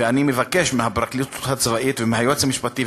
ואני מבקש מהפרקליטות הצבאית ומהיועץ המשפטי,